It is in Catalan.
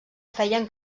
feien